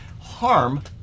harm